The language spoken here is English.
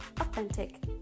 authentic